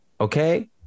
Okay